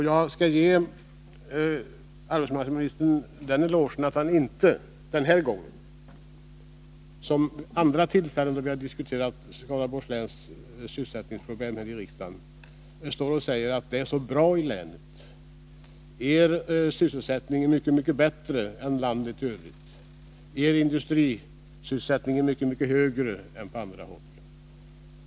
Jag skall ge arbetsmarknadsministern den elogen att han inte den här gången — som vid andra tillfällen då vi har diskuterat Skaraborgs läns sysselsättningsproblem här i riksdagen — säger: Det är så bra ställt i länet, er sysselsättning är mycket bättre än i landet i övrigt, er industrisysselsättning är mycket högre än på andra håll.